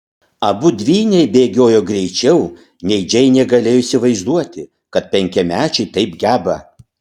abu dvyniai bėgiojo greičiau nei džeinė galėjo įsivaizduoti kad penkiamečiai taip geba